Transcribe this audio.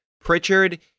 Pritchard